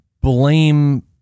blame